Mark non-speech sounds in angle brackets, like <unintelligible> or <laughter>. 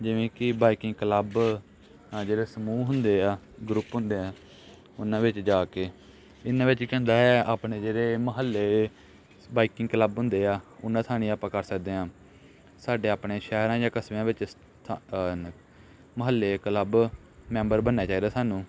ਜਿਵੇਂ ਕਿ biking club ਜਿਹੜੇ ਸਮੂਹ ਹੁੰਦੇ ਆ ਗਰੁੱਪ ਹੁੰਦੇ ਆ ਉਹਨਾਂ ਵਿੱਚ ਜਾ ਕੇ ਇਹਨਾਂ ਵਿੱਚ ਕੀ ਹੁੰਦਾ ਹੈ ਆਪਣੇ ਜਿਹੜੇ ਮੁਹੱਲੇ ਬਾਈਕਿੰਗ ਕਲੱਬ ਹੁੰਦੇ ਆ ਉਹਨਾਂ ਥਾਣੇ ਆਪਾਂ ਕਰ ਸਕਦੇ ਹਾਂ ਸਾਡੇ ਆਪਣੇ ਸ਼ਹਿਰਾਂ ਜਾਂ ਕਸਬਿਆਂ ਵਿੱਚ ਸ਼ਹਿਰਾਂ ਜਾਂ ਕਸਬਿਆਂ ਵਿੱਚ <unintelligible> ਮੁਹੱਲੇ ਕਲੱਬ ਮੈਂਬਰ ਬਣਨਾ ਚਾਹੀਦਾ ਸਾਨੂੰ